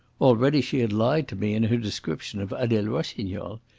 already she had lied to me in her description of adele rossignol.